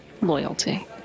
loyalty